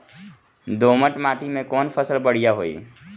दोमट माटी में कौन फसल बढ़ीया होई?